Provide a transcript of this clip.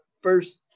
first